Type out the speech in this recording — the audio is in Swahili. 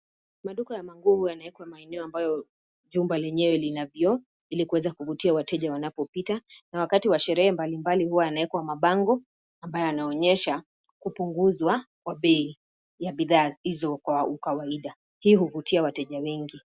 Maduka ya manguo huwa yanawekwa maeneo ambayo jumba lenyewe lina vioo, ili kuweza kuvutia wateja wanapopita, na wakati wa sherehe mbalimbali huwa yanawekwa mabango, ambayo yanaonyesha kupunguzwa, kwa bei, ya bidhaa hizo kwa ukawaida, hii huvutia wateja wengi.